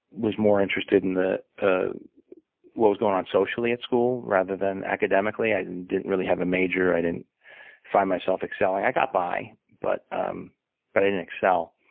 was more interested in ah what was going on socially at school rather than academically. i didn't didn't really have a major. i didn't find myself excelling. i got by, but um but i didn't excel.